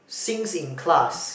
sings in class